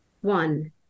One